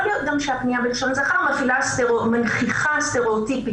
יכול להיות גם שהפנייה בלשון זכר מנכיחה סטריאוטיפים